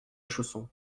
chaussons